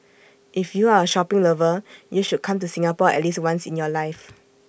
if you are A shopping lover you should come to Singapore at least once in your life